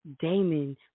Damon